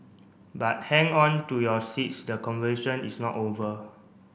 but hang on to your seats the confusion is not over